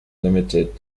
limited